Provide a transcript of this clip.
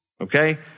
Okay